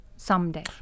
someday